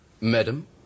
Madam